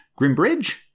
Grimbridge